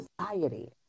society